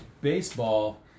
baseball